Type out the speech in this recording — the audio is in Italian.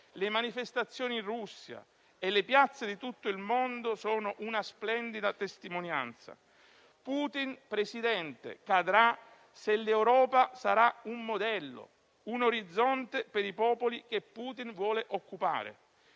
Le manifestazioni in Russia e le piazze di tutto il mondo sono una splendida testimonianza. Putin cadrà, se l'Europa sarà un modello, un orizzonte per i popoli che Putin vuole occupare: